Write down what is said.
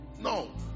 no